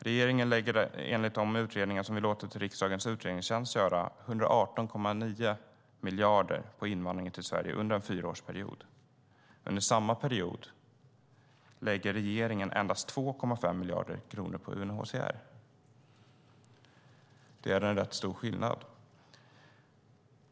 Regeringen lägger under en fyraårsperiod, enligt de uträkningar som vi låtit riksdagens utredningstjänst göra, 118,9 miljarder på invandringen till Sverige. Under samma period lägger regeringen endast 2,5 miljarder kronor på UNHCR. Det är en rätt stor skillnad.